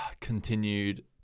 continued